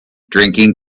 drinking